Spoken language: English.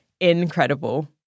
Incredible